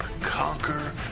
conquer